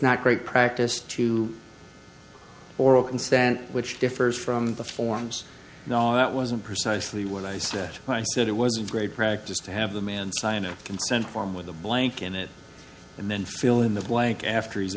not great practice to oral consent which differs from the forms no that wasn't precisely what i said i said it was a great practice to have the man sign a consent form with a blank in it and then fill in the blank after he's